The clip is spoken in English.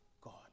God